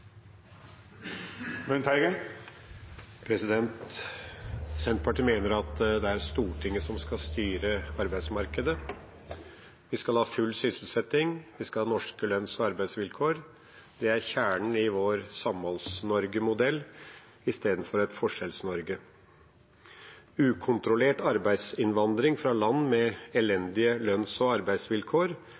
Stortinget som skal styre arbeidsmarkedet. Vi skal ha full sysselsetting, vi skal ha norske lønns- og arbeidsvilkår. Det er kjernen i vår Samholds-Norge-modell istedenfor et Forskjells-Norge. Ukontrollert arbeidsinnvandring fra land med elendige lønns- og arbeidsvilkår